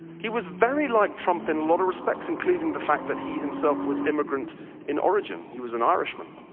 he was very like trump in a lot of respects including the fact that he himself was immigrant in origin. he was an irishman.